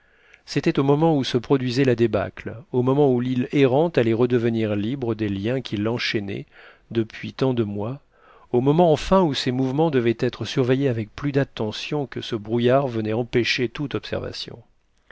c'était au moment où se produisait la débâcle au moment où l'île errante allait redevenir libre des liens qui l'enchaînaient depuis tant de mois au moment enfin où ses mouvements devaient être surveillés avec plus d'attention que ce brouillard venait empêcher toute observation